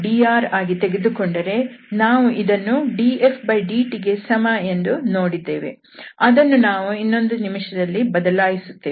dr ಆಗಿ ತೆಗೆದುಕೊಂಡರೆ ನಾವು ಇದನ್ನು dfdtಗೆ ಸಮ ಎಂದು ನೋಡಿದ್ದೇವೆ ಅದನ್ನು ನಾವು ಇನ್ನೊಂದು ನಿಮಿಷದಲ್ಲಿ ಬದಲಾಯಿಸುತ್ತೇವೆ